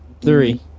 three